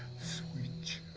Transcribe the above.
sweet